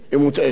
או לא מדויקת.